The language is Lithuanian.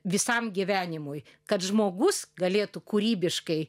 visam gyvenimui kad žmogus galėtų kūrybiškai